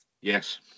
Yes